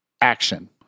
Action